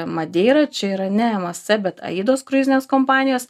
madeirą čia yra ne msc bet aidos kruizinės kompanijos